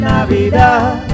Navidad